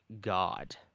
God